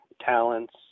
talents